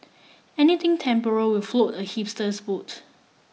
anything temporal will float a hipster's boat